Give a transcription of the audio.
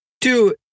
Two